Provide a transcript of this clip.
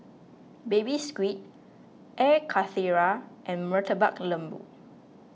Baby Squid Air Karthira and Murtabak Lembu